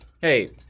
Hey